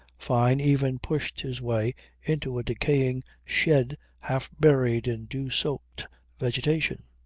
fyne even pushed his way into a decaying shed half-buried in dew soaked vegetation.